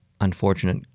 unfortunate